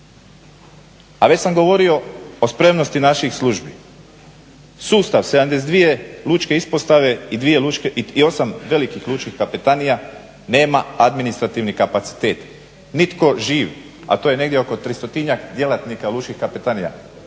A već sam govorio o spremnosti naših službi. Sustav 72 lučke ispostave i 8 velikih lučkih kapetanija nema administrativni kapacitet nitko živ, a to je negdje oko 300-tinjak djelatnika lučkih kapetanija